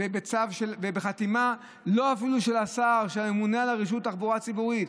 אפילו לא בחתימה של השר אלא של הממונה על הרשות לתחבורה ציבורית.